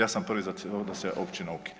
Ja sam prvi da … općina ukine,